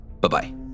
Bye-bye